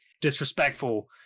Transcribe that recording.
disrespectful